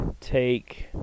take